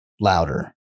Louder